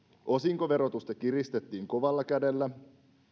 osinkoverotusta kiristettiin kovalla kädellä